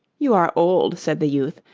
you are old said the youth,